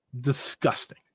disgusting